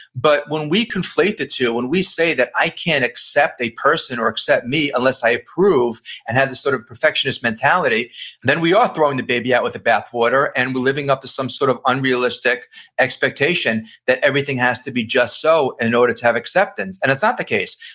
but when we conflate the two, when we say that i can't accept a person or accept me unless i approve and have this sort of perfectionist mentality then we are throwing the baby out with the bath water and we're living up to some sort of unrealistic expectation that everything has to be just so in order to have acceptance, and it's not ah the case.